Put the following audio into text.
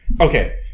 Okay